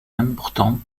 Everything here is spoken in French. important